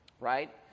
right